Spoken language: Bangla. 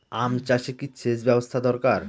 আম চাষে কি সেচ ব্যবস্থা দরকার?